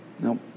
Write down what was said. Nope